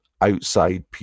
outside